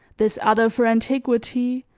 this other for antiquity,